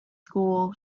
school